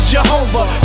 Jehovah